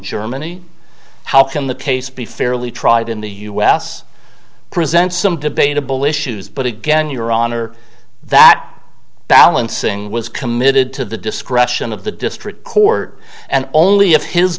germany how can the case be fairly tried in the u s present some debatable issues but it be and your honor that balancing was committed to the discretion of the district court and only if his